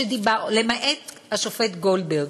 למעט השופט גולדברג,